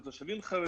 הם תושבים חרדים